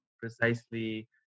precisely